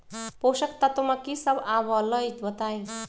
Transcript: पोषक तत्व म की सब आबलई बताई?